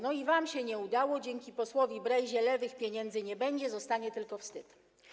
No i wam się nie udało: dzięki posłowi Brejzie lewych pieniędzy nie będzie, zostanie tylko wstyd.